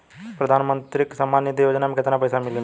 प्रधान मंत्री किसान सम्मान निधि योजना में कितना पैसा मिलेला?